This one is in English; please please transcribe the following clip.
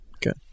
good